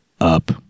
up